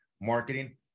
marketing